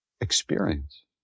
experience